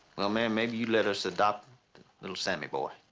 well, ma'am, maybe you'd let us adopt little sammy boy.